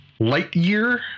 Lightyear